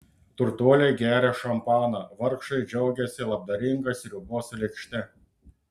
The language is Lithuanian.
turtuoliai geria šampaną vargšai džiaugiasi labdaringa sriubos lėkšte